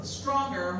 stronger